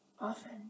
often